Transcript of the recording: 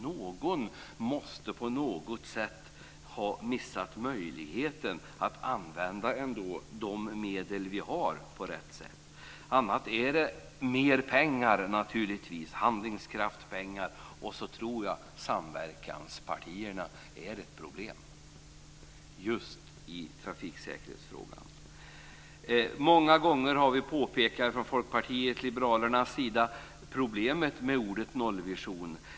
Någon måste på något sätt ha missat möjligheten att använda de medel vi har på rätt sätt. Det handlar naturligtvis om mer pengar - handlingskraftspengar. Sedan tror jag också att samverkanspartierna är ett problem i trafiksäkerhetsfrågorna. Många gånger har vi i Folkpartiet liberalerna påpekat problemet med ordet nollvision.